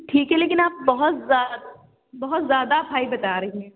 ٹھیک ہے لیکن آپ بہت زیا بہت زیادہ آپ ہائی بتا رہی ہیں